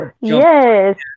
yes